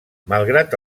malgrat